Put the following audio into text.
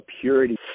purity